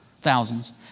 thousands